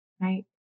right